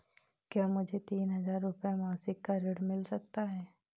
क्या मुझे तीन हज़ार रूपये मासिक का ऋण मिल सकता है?